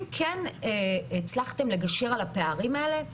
אם הצלחתם לגשר על הפערים האלה,